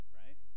right